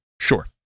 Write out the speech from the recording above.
Sure